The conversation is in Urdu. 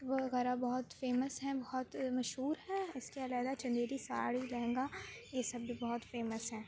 وغیرہ بہت فیمس ہیں بہت مشہور ہیں اِس کے علیحدہ چندیری ساڑھی لہنگا یہ سب بھی بہت فیمس ہیں